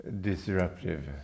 disruptive